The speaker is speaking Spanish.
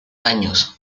años